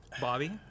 Bobby